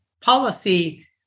policy